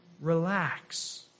relax